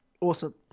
awesome